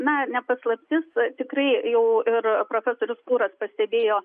na ne paslaptis tikrai jau ir profesorius pūras pastebėjo